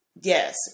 yes